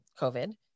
COVID